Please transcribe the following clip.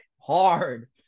hard